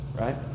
right